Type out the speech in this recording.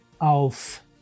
Auf